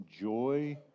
joy